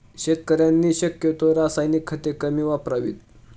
शेतकऱ्यांनी शक्यतो रासायनिक खते कमी वापरावीत